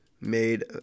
made